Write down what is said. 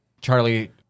Charlie